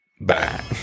bye